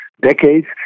decades